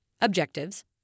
Objectives